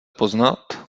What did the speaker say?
poznat